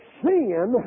sin